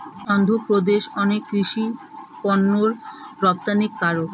অন্ধ্রপ্রদেশ অনেক কৃষি পণ্যের রপ্তানিকারক